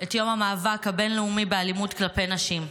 את יום המאבק הבין-לאומי באלימות כלפי נשים.